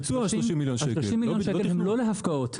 30 מיליון שקל זה לא להפקעות.